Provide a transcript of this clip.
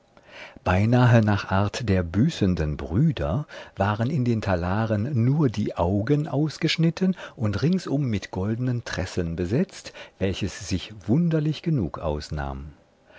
beinahe nach art der büßenden brüder waren in den talaren nur die augen ausgeschnitten und ringsum mit goldnen tressen besetzt welches sich wunderlich genug ausnahm